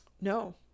No